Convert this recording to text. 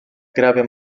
grave